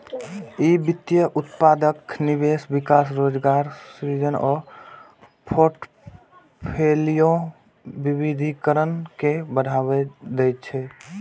ई वित्तीय उत्पादक निवेश, विकास, रोजगार सृजन आ फोर्टफोलियो विविधीकरण के बढ़ावा दै छै